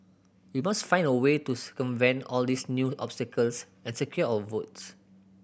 we must find a way to circumvent all these new obstacles and secure our votes